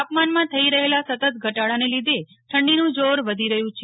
તાપમાનમાં થઇ રહેલા સતત ઘટાડાને લીધે ઠંડીનું જોર વધી રહ્યું છે